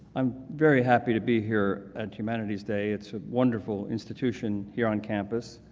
i'm very happy to be here at humanities day. it's a wonderful institution here on campus.